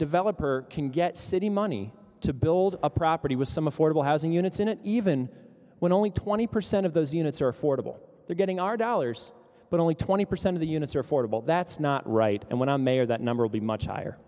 developer can get city money to build a property was some affordable housing units in it even when only twenty percent of those units are affordable they're getting our dollars but only twenty percent of the units are affordable that's not right and when i'm mayor that number will be much higher